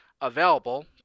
available